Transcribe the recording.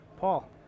Paul